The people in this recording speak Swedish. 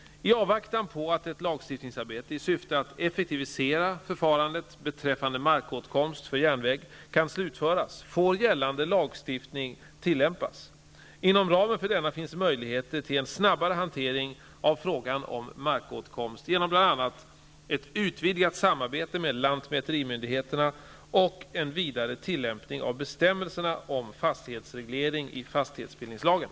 I avvaktan på att ett lagstiftningsarbete i syfte att effektivisera förfarandet beträffande markåtkomst för järnväg kan slutföras får gällande lagstiftning tillämpas. Inom ramen för denna finns möjligheter till en snabbare hantering av frågan om markåtkomst genom bl.a. ett utvidgat samarbete med lantmäterimyndigheterna och en vidare tillämpning av bestämmelserna om fastighetsreglering i fastighetsbildningslagen.